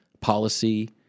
policy